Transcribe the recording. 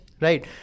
right